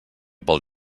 pel